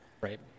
Right